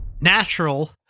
Natural